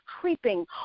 creeping